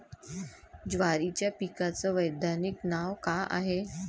जवारीच्या पिकाचं वैधानिक नाव का हाये?